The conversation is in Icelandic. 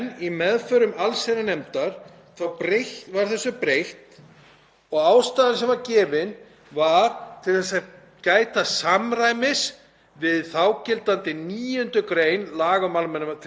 við þágildandi 9. gr. laga um almannatryggingar, nr. 117/1993, um að meginregla um greiðslu almannatrygginga væri háð búsetu á Íslandi.